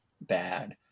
bad